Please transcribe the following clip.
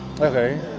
Okay